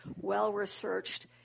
well-researched